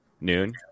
noon